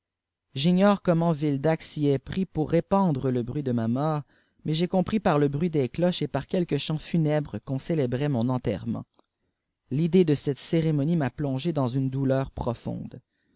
j'ignore comment vildac s'y est pris pour répandre le bruit de ma mort mais j'ai compris par tè bruit des cloches et par quelques chants funèbres qu'on célébrait mon enterrement l'idée de cette cérémonie m'a plongé dans une douleur profonde